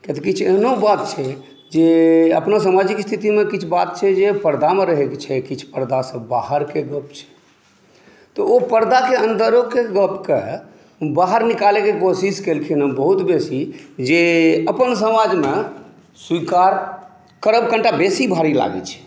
किआतऽ किछु एहनो बात छै जे अपना सामाजिक स्थितिमे किछु बात छै जे परदामे रहय के छै किछु परदासँ बाहरके गप छै त ओ परदाके अन्दरोके गपकऽ बाहर निकालयके कोशिश केलखिन हँ बहुत बेसी जे अपन समाजमे स्वीकार करब कनीटा बेसी भारी लागैत छै